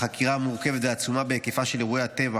החקירה המורכבת והעצומה בהיקפה של אירוע הטבח,